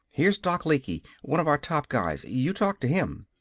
here's doc lecky one of our top guys. you talk to him.